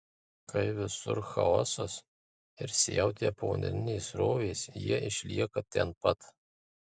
kai visur chaosas ir siautėja povandeninės srovės jie išlieka ten pat